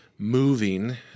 moving